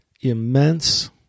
immense